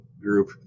group